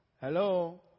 Hello